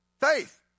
Faith